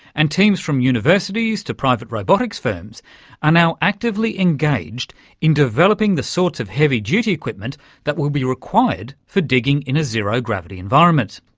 and teams from universities to private robotics firms are now actively engaged in developing the sorts of heavy-duty equipment that will be required for digging in a zero-gravity environment.